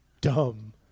dumb